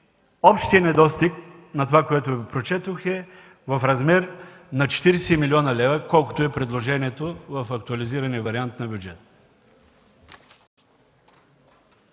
общият недостиг на това, което Ви прочетох, е в размер на 40 млн. лв., колкото е предложението в актуализирания вариант на бюджета.